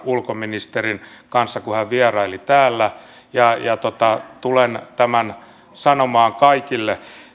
ulkoministerin kanssa kun hän vieraili täällä ja ja tulen tämän sanomaan kaikille